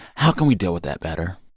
how can we deal with that better?